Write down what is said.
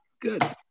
Good